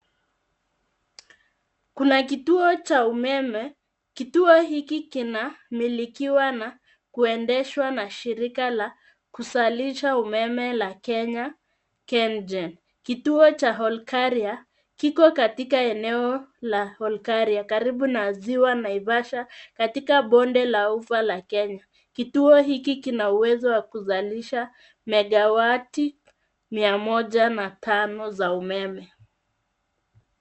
Kuna kituo cha umeme. Kituo hiki kinamilikiwa na kuendeshwa na shirika la kuzalisha umeme la kenya kengen . Kituo cha Olkaria kiko katika eneo la Olkaria karibu na ziwa Naivasha katika bonde la ufa la Kenya. Kituo hiki kina uwezo wa kuzalisha megawati mia moja na tano za umeme.